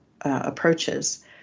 approaches